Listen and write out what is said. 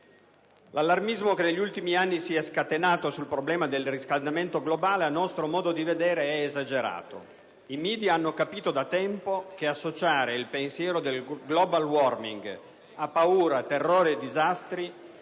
L'allarmismo che negli ultimi anni si è scatenato sul problema del riscaldamento globale, a nostro modo di vedere è esagerato. I *media* hanno capito da tempo che associare il pensiero del *global warming* a paura, terrore e disastri